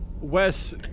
Wes